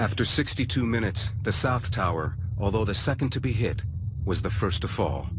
after sixty two minutes the south tower although the second to be hit was the first to fall